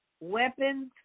weapons